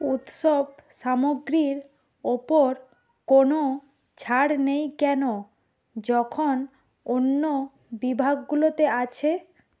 উৎসব সামগ্রীর ওপর কোনও ছাড় নেই কেন যখন অন্য বিভাগগুলোতে আছে